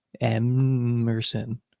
Emerson